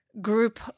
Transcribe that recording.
group